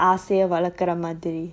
ஆசையவளக்குறமாதிரி:asaya valakura madhiri